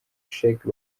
sheikh